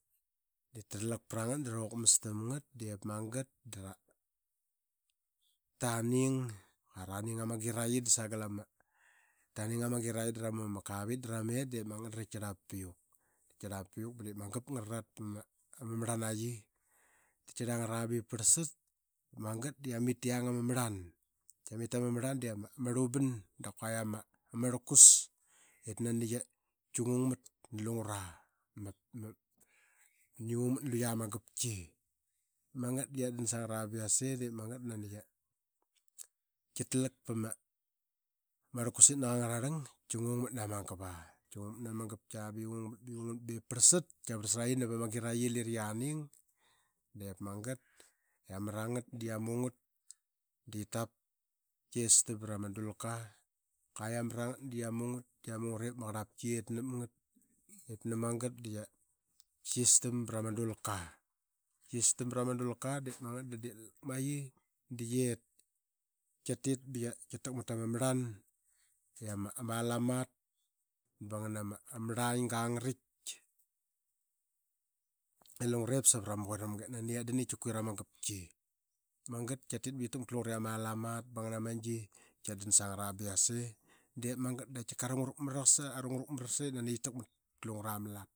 Dap ma quata de qatiaqarl qatit savramaslang. Mangat da nani qadan ka tat i ama macraqas da qa tas. Kua qia qairam aa ba mangat da qia mit nasararak savarama slang ip dip kurliqam i manu. Da sika qian natmatna navara qia na rim da qiana qalun ba navara qiana piuk ba ngana qokau. De Lungae ama smas navra ma aluqup de angra vanga ma lat, ama ratmatna i da ramatna sagel ngat taqurla. Mangat da dip ama ngarlnangi qia trama qokau di qiat dan snagat ip ki nin mangat. Kua yang dii qia tit ba qia mnamgat ivama qalaing. Kia tit ba qia mnamgat kia mnangat kia mnamgat beep sika qia guirl sama qalang ee qia tat prama qokau. Kia guirl sangat ba yase dep mangat da sayiqarliya kua ba yase dama nguet ip saqi ngu nam gua qama ama de lume murl kia mar sararib ba raman. ip mangat da qia tira savat lama ama arlaram kinarak ba qian gul dam men loma ma arlaram i qakia ma rimga vanga.